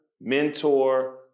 mentor